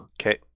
Okay